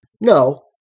No